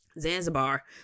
Zanzibar